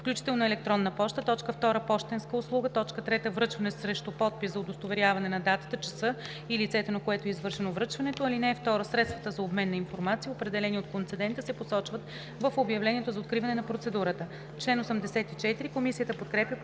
включително електронна поща; 2. пощенска услуга; 3. връчване срещу подпис, за удостоверяване на датата, часа и лицето, на което е извършено връчването. (2) Средствата за обмен на информация, определени от концедента, се посочват в обявлението за откриване на процедурата.“